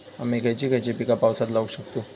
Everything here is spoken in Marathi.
आम्ही खयची खयची पीका पावसात लावक शकतु?